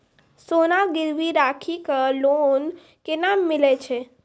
सोना गिरवी राखी कऽ लोन केना मिलै छै?